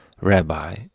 rabbi